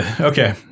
Okay